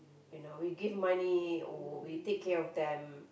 you know we give money we take care of them